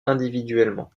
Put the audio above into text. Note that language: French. individuellement